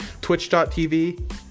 twitch.tv